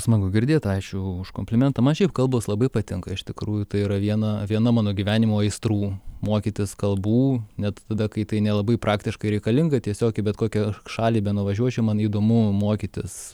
smagu girdėt ačiū už komplimentą man šiaip kalbos labai patinka iš tikrųjų tai yra viena viena mano gyvenimo aistrų mokytis kalbų net tada kai tai nelabai praktiškai reikalinga tiesiog į bet kokią šalį benuvažiuočiau man įdomu mokytis